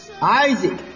Isaac